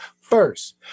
first